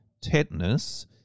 tetanus